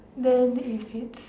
then it's